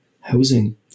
housing